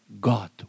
God